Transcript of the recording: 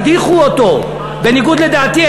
הדיחו אותו בניגוד לדעתי,